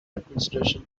administration